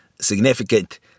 significant